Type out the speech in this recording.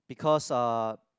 because uh